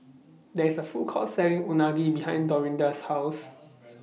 There's A Food Court Selling Unagi behind Dorinda's House